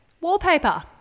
Wallpaper